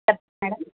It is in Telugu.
చెప్ మ్యాడమ్